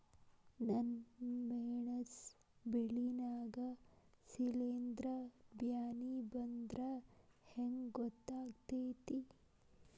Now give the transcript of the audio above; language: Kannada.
ನನ್ ಮೆಣಸ್ ಬೆಳಿ ನಾಗ ಶಿಲೇಂಧ್ರ ಬ್ಯಾನಿ ಬಂದ್ರ ಹೆಂಗ್ ಗೋತಾಗ್ತೆತಿ?